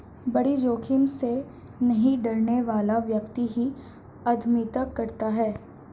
बड़ी जोखिम से नहीं डरने वाला व्यक्ति ही उद्यमिता करता है